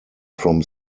from